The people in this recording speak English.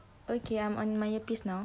okay I'm on my earpiece now